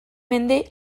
mende